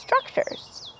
structures